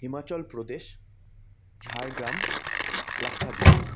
Himachal Pradesh Jhargram Lakshadweep